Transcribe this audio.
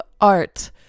art